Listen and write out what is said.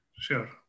Sure